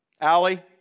Allie